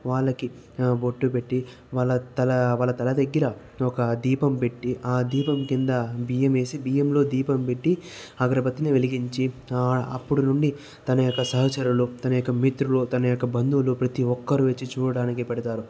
వాళ్ళకి బొట్టు పెట్టి వాళ్ళ తల వాళ్ళ తల దగ్గర ఒక దీపం పెట్టి ఆ దీపం కింద బియ్యం వేసి ఆ బియ్యంలో దీపం పెట్టి అగరుబత్తిని వెలిగించి అప్పటి నుండి తన యొక్క సహచరులు తన యొక్క మిత్రులు తన యొక్క బంధువులు ప్రతి ఒక్కరూ వచ్చి చూడడానికి పెడతారు